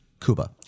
Kuba